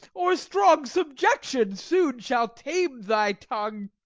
or strong subjection soon shall tame thy tongue.